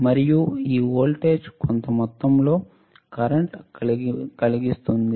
మరియు ఈ వోల్టేజ్ కొంత మొత్తంలో కరెంట్ కలిగిస్తుంది